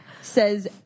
says